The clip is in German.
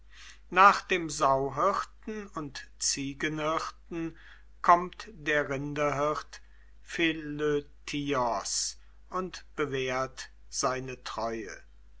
nach dem sauhirten und ziegenhirten kommt der rinderhirt philötios und bewährt seine treue